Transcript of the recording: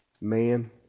man